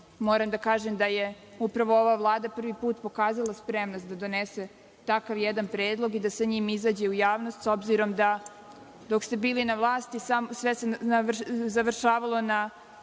da kažem da je upravo ova Vlada prvi put pokazala spremnost da donese takav jedan predlog i da sa njim izađe u javnost s obzirom da, dok ste bili na vlasti sve se završavalo na